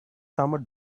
summer